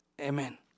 Amen